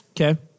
Okay